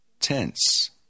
Tense